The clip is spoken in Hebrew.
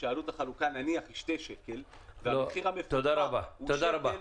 כשעלות החלוקה נניח היא שני שקל והמחיר המפוקח הוא שקל,